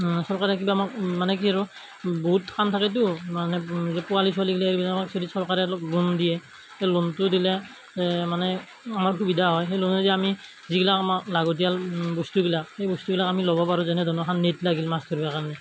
চৰকাৰে কিবা আমাক মানে কি আৰু বহুত ফান্দ থাকেতো মানে পোৱালি চোৱালি এইবিলাকৰ কাৰণে যদি চৰকাৰে অলপ লোণ দিয়ে সেই লোণটো দিলে মানে আমাৰ সুবিধা হয় সেই লোণেদি আমি যিগিলাক আমাক লাগতীয়াল বস্তুবিলাক সেই বস্তুবিলাক আমি ল'ব পাৰোঁ যেনে ধৰক এখন নেট লাগিল মাছ ধৰবা কাৰণে